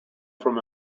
from